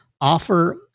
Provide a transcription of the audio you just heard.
offer